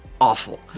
awful